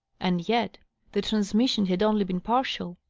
and yet the transmission had only been partial.